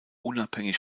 unabhängig